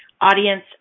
audience